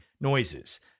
noises